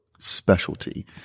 Specialty